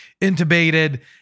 intubated